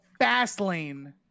Fastlane